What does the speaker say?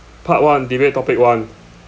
part one debate topic one